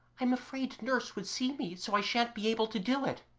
i'm afraid nurse would see me, so i shan't be able to do it